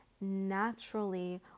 naturally